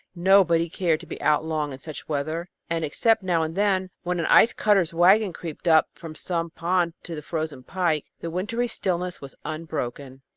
nobody cared to be out long in such weather, and except now and then, when an ice-cutter's wagon creaked up from some pond to the frozen pike, the wintry stillness was unbroken.